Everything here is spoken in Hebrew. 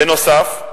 בנוסף,